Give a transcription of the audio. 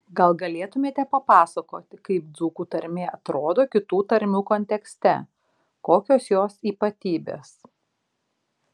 gal galėtumėte papasakoti kaip dzūkų tarmė atrodo kitų tarmių kontekste kokios jos ypatybės